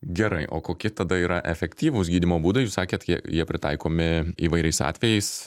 gerai o kokie tada yra efektyvūs gydymo būdai jūs sakėt jie jie pritaikomi įvairiais atvejais